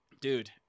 dude